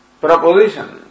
proposition